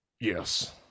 yes